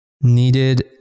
needed